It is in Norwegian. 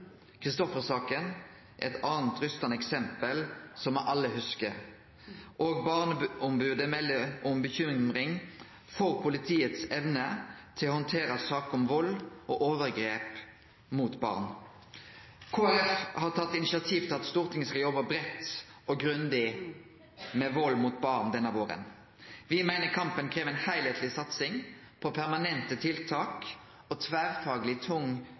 er eit anna skrekkeleg eksempel som me alle hugsar. Òg Barneombodet melder om bekymring for politiets evne til å handtere saker om vald og overgrep mot barn. Kristeleg Folkeparti har tatt initiativ til at Stortinget skal jobbe breitt og grundig med vald mot barn denne våren. Me meiner kampen krev ei heilskapleg satsing på permanente tiltak og